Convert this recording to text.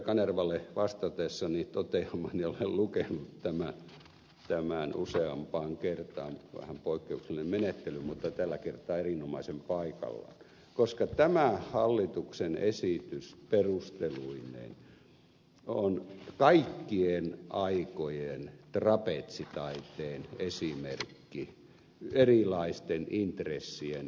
kanervalle vastatessani toteamaan olen lukenut tämän useampaan kertaan vähän poikkeuksellinen menettely mutta tällä kertaa erinomaisen paikallaan koska tämä hallituksen esitys perusteluineen on kaikkien aikojen trapetsitaiteen esimerkki erilaisten intressien yhteensovittamisyritykseksi